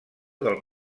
del